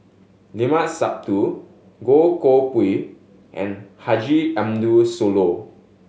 Limat Sabtu Goh Koh Pui and Haji Ambo Sooloh